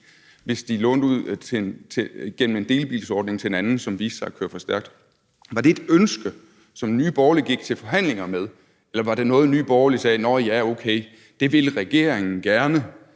hvis de lånte den ud gennem en delebilsordning til en anden, som viste sig at køre for stærkt? Var det et ønske, som Nye Borgerlige gik til forhandlinger med, eller var det noget, hvor Nye Borgerlige sagde: Nå ja, okay – det vil regeringen gerne,